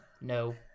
no